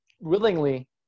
willingly